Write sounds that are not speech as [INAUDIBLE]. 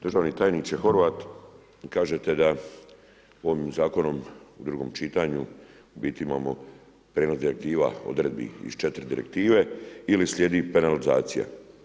Državni tajniče Horvat, vi kažete, da ovom zakonom u drugom čitanju, u biti imamo … [UNINTELLIGIBLE] direktiva odredbi iz 4 direktive ili slijedi penalizacija.